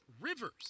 Rivers